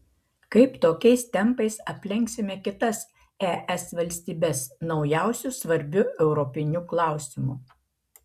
kaip tokiais tempais aplenksime kitas es valstybes naujausiu svarbiu europiniu klausimu